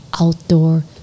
outdoor